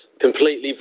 completely